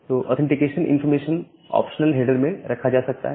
तो authentication information optional header में रखा जा सकता है